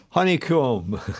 Honeycomb